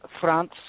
France